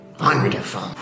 Wonderful